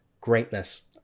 greatness